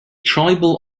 tribal